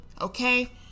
Okay